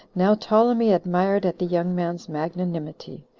now ptolemy admired at the young man's magnanimity,